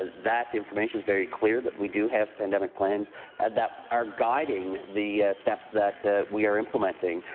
that information is very clear that we do have pandemic plans and that are guiding the steps that we are implementing.